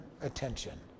attention